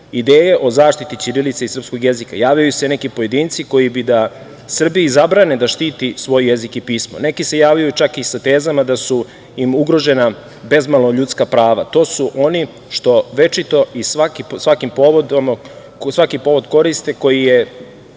ideje o zaštiti ćirilice i srpskog jezika. Javljaju se neki pojedinci koji bi da Srbiji zabrane da štiti svoj jezik i pismo. Neki se javljaju čak i sa tezama da su im ugrožena bezmalo ljudska prava. To su oni što večito i svaki povod koriste koji je